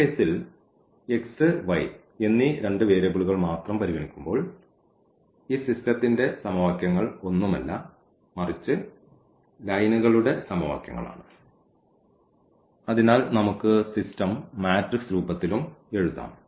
ഈ കേസിൽ x y എന്നീ രണ്ട് വേരിയബിളുകൾ മാത്രം പരിഗണിക്കുമ്പോൾ ഈ സിസ്റ്റത്തിന്റെ സമവാക്യങ്ങൾ ഒന്നുമല്ല മറിച്ച് ലൈനുകളുടെ സമവാക്യങ്ങളാണ് അതിനാൽ നമുക്ക് സിസ്റ്റം മാട്രിക്സ് രൂപത്തിലും എഴുതാം